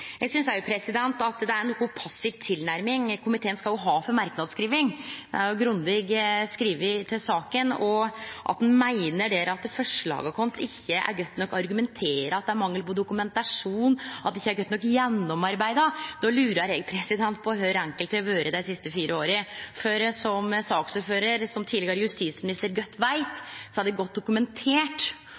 Eg synest at det er ei noko passiv tilnærming. Komiteen skal ha for merknadsskriving – det er grundig skrive til saka – men når ein meiner der at forslaget vårt ikkje er godt nok argumentert for, og at det er mangel på dokumentasjon og ikkje godt nok gjennomarbeidd, lurer eg på kor enkelte har vore dei siste fire åra. For som saksordføraren, den tidlegare justisministeren, godt veit, er det godt dokumentert,